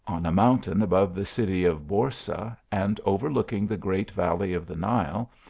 on a mountain above the city of borsa, and overlooking the great valley of the nile,